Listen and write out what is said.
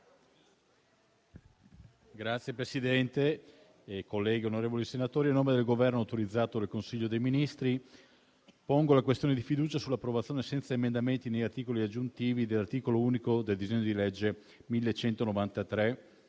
Signor Presidente, onorevoli senatori, a nome del Governo, autorizzato dal Consiglio dei ministri, pongo la questione di fiducia sull'approvazione, senza emendamenti né articoli aggiuntivi, dell'articolo unico del disegno di legge n.